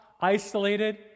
isolated